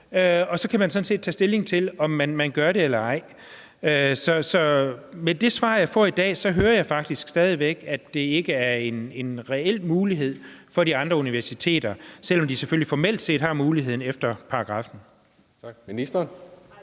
der sådan set tages stilling til, om det skal gøres eller ej. Så med det svar, jeg får i dag, hører jeg faktisk stadig væk, at det ikke er en reel mulighed for de andre universiteter, selv om de selvfølgelig efter paragraffen